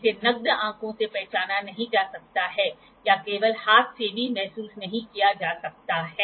इसलिए जब यह 60 या 80 से अधिक हो जाता है तो यह बहुत मुश्किल हो जाता है